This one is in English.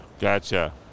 Gotcha